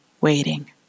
waiting